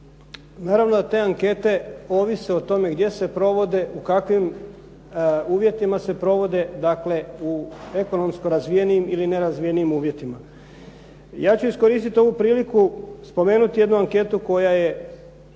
Naravno, te ankete ovise o tome gdje se provode, u kakvim uvjetima se provode, dakle u ekonomsko razvijenim ili nerazvijenim uvjetima. Ja ću iskoristiti ovu priliku spomenuti jednu anketu koja je